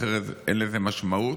אחרת אין לזה משמעות.